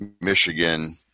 michigan